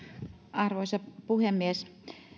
arvoisa puhemies